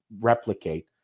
replicate